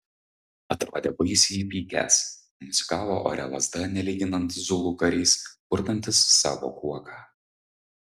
atrodė baisiai įpykęs mosikavo ore lazda nelyginant zulų karys purtantis savo kuoką